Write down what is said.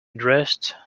dressed